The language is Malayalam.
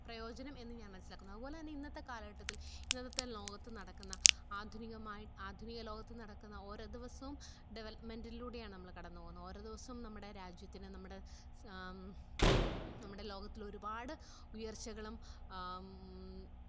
പ്രയോജനം എന്ന് ഞാൻ മനസ്സിലാക്കുന്നു അതുപോലെ തന്നെ ഇന്നത്തെ കാലഘട്ടത്തിൽ ഇന്നത്തെ ലോകത്ത് നടക്കുന്ന ആധുനികമായി ആധുനിക ലോകത്ത് നടക്കുന്ന ഓരോ ദിവസവും ഡെവലപ്മെൻറിലൂടെയാണ് നമ്മൾ കടന്നു പോകുന്നത് ഓരോ ദിവസോം നമ്മുടെ രാജ്യത്തിന് നമ്മുടെ നമ്മുടെ ലോകത്തിലെരുപാട് ഉയർച്ചകളും